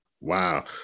Wow